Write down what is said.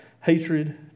hatred